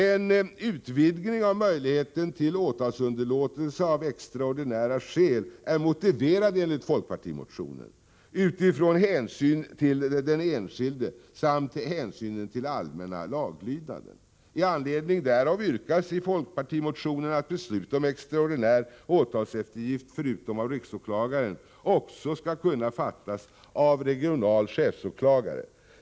En utvidgning av möjligheten till åtalsunderlåtelse av extra ordinära skäl är motiverad enligt folkpartimotionen utifrån hänsyn till den enskilde samt hänsynen till den allmänna laglydnaden. I anledning därav yrkas i folkpartimotionen att beslut om extra ordinär åtalseftergift förutom av riksåklagaren också skall kunna fattas av regional chefsåklagare.